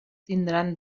tindran